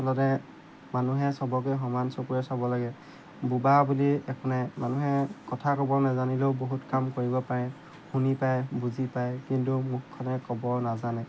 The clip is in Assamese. আচলতে মানুহে চবকে সমান চকুৰে চাব লাগে বোবা বুলি একো নাই মানুহে কথা ক'ব নাজানিলেও বহুত কাম কৰিব পাৰে শুনি পায় বুজি পায় কিন্তু মুখখনেৰে ক'ব নাজানে